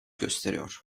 gösteriyor